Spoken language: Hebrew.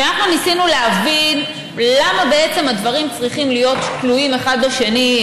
כשאנחנו ניסינו להבין למה הדברים צריכים להיות תלויים אחד בשני,